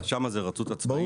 שם זה רשות עצמאית.